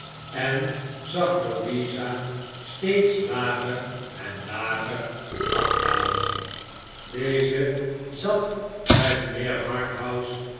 en zag louisa steeds lager en lager afdalen deze zat bij mijnheer